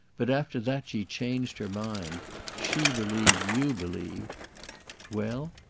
but after that she changed her mind she believed you believed well?